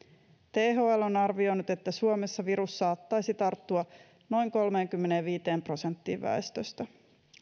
thl on arvioinut että suomessa virus saattaisi tarttua noin kolmeenkymmeneenviiteen prosenttiin väestöstä